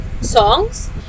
songs